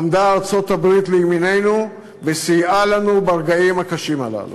עמדה ארצות-הברית לימיננו וסייעה לנו ברגעים הקשים הללו.